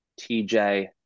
TJ